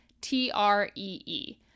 T-R-E-E